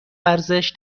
ارزش